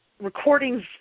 recordings